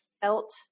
felt